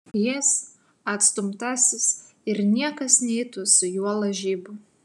jis atstumtasis ir niekas neitų su juo lažybų